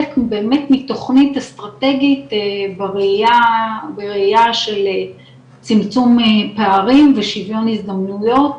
באמת מתוכנית אסטרטגית בראייה של צמצום פערים ושוויון הזדמנויות